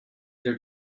their